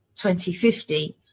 2050